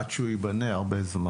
עד שהוא ייבנה, הרבה זמן.